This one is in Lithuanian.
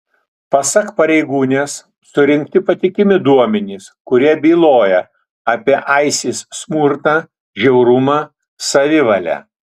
pasak pareigūnės surinkti patikimi duomenys kurie byloja apie isis smurtą žiaurumą savivalę